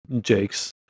Jake's